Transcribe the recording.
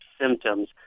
symptoms